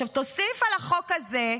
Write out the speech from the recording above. עכשיו תוסיף על החוק הזה,